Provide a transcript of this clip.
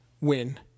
win